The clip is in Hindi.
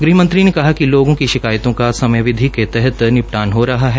गृहमंत्री ने कहा कि लोगों की शिकायतों का समयावधि के तहत निपटान हो रहा है